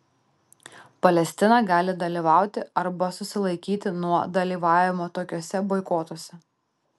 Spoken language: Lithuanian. palestina gali dalyvauti arba susilaikyti nuo dalyvavimo tokiuose boikotuose